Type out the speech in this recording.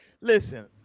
Listen